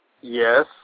Yes